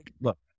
Look